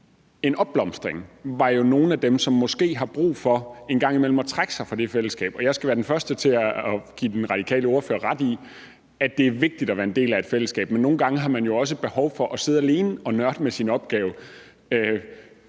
en opblomstring, og det var måske nogle af dem, der har brug for en gang imellem at trække sig fra det fællesskab. Jeg skal være den første til at give den radikale ordfører ret i, at det er vigtigt at være en del af et fællesskab, men nogle gange har man jo også behov for at sidde alene og nørde med sine opgave